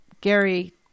Gary